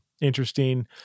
interesting